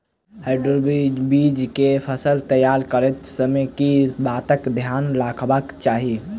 Hybrid बीज केँ फसल तैयार करैत समय कऽ बातक ध्यान रखबाक चाहि?